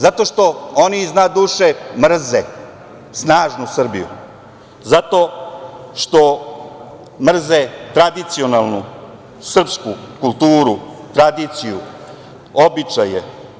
Zato što oni iz dna duše mrze snažnu Srbiju, zato što mrze tradicionalnu srpsku kulturu, tradiciju, običaje.